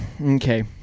Okay